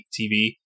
TV